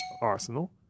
arsenal